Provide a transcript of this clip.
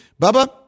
Bubba